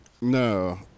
No